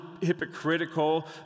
hypocritical